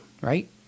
right